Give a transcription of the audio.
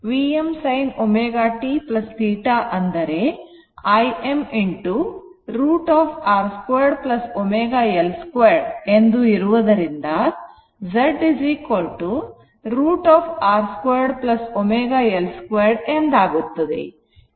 Vm sin ω t θ ಅಂದರೆ Im √ R 2 ω L 2 ಎಂದು ಇರುವುದರಿಂದ Z Z √ R 2 ω L 2 ಎಂದಾಗುತ್ತದೆ